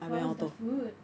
how is the food